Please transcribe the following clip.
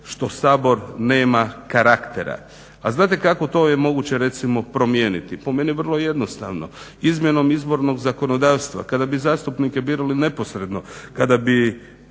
što Sabor nema karaktera. A znate kako to je moguće recimo promijeniti. Po meni vrlo jednostavno izmjenom izbornog zakonodavstva. Kada bi zastupnike birali neposredno, kada bi